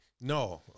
No